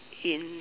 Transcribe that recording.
in